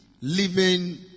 living